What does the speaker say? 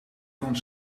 van